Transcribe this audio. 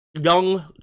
young